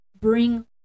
bring